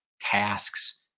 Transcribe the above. tasks